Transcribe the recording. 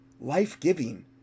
Life-giving